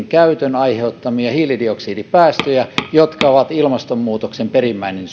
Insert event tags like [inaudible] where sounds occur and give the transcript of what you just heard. [unintelligible] käytön aiheuttamia hiilidioksidipäästöjä jotka ovat ilmastonmuutoksen perimmäinen [unintelligible]